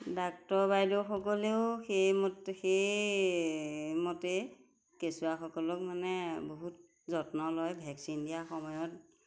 doctor বাইদেউসকলেও সেইমতে সেইমতে কেঁচুৱাসকলক মানে বহুত যত্ন লয় ভেকচিন দিয়া সময়ত